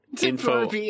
info